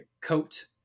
coat